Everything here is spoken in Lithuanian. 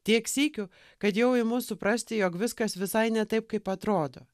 tiek sykių kad jau imu suprasti jog viskas visai ne taip kaip atrodo